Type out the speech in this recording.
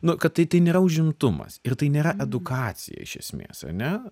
nu kad tai tai nėra užimtumas ir tai nėra edukacija iš esmės ane